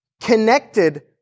connected